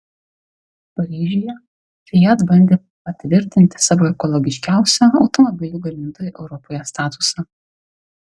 paryžiuje fiat bandė patvirtinti savo ekologiškiausio automobilių gamintojo europoje statusą